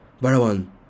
Barawan